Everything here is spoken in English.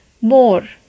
more